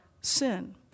sin